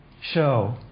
show